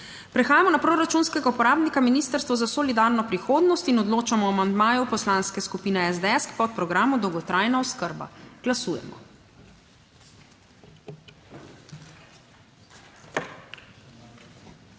Prehajamo na proračunskega uporabnika Ministrstvo za solidarno prihodnost. Odločamo o amandmaju Poslanske skupine SDS k podprogramu dolgotrajna oskrba. Glasujemo.